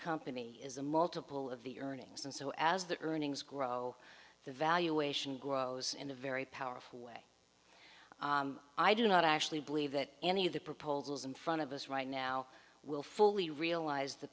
company is a multiple of the earnings and so as the earnings grow the valuation grows in a very powerful way i do not actually believe that any of the proposals in front of us right now will fully realize the